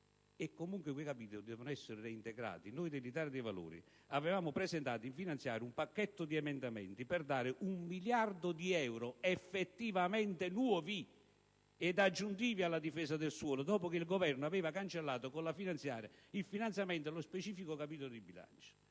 comunque dovranno essere reintegrati. Noi dell'Italia dei Valori avevamo presentato in finanziaria un pacchetto di emendamenti per dare un miliardo di euro effettivamente "nuovi" ed aggiuntivi alla difesa del suolo, dopo che il Governo aveva cancellato con la finanziaria il finanziamento allo specifico capitolo in bilancio.